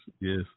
yes